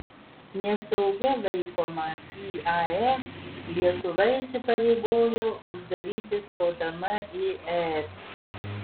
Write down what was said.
nesaugia laikomą iae lietuva įsipareigojo uždaryti stodama į es